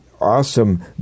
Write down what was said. awesome